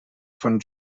von